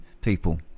people